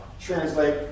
translate